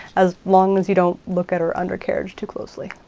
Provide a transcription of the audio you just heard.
as long as you don't look at her undercarriage too closely.